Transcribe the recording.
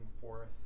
forth